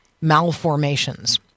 malformations